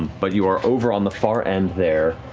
but you are over on the far end there.